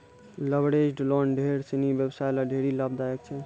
leveraged loan ढेर सिनी व्यवसायी ल ढेरी लाभदायक छै